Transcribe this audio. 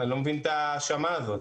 אני לא מבין את האשמה הזאת.